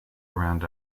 around